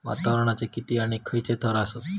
वातावरणाचे किती आणि खैयचे थर आसत?